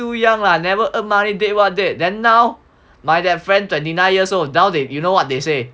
still young lah never earn money date what date then now my that friend twenty nine years old now you know what they say